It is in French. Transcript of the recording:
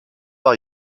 deux